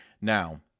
Now